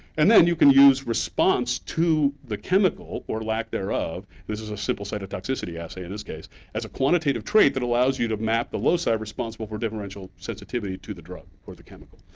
and then you can use response to the chemical or lack thereof this is a simple cytotoxicity assay in this case as a quantitative trait that allows you to map the loci responsible for differential sensitivity to the drug or the chemical.